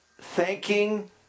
thanking